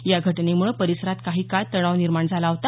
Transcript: या घटनेमुळे परिसरात काही काळ तणाव निर्माण झाला होता